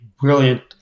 brilliant